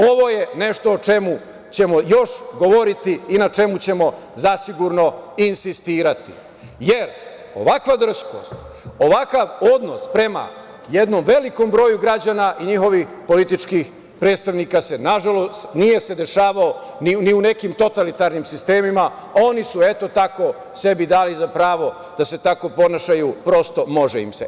Ovo je nešto o čemu ćemo još govoriti i na čemu ćemo još zasigurno insistirati, jer ovakva drskost, ovakav odnos prema jednom velikom broju građana i njihovih političkih predstavnika se nažalost, nije se dešavao ni u nekim totalitarnim sistemima, oni su eto tako dali sebi za pravo, prosto, može im se.